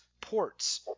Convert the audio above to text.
ports